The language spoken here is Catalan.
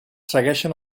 segueixen